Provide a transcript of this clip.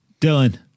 Dylan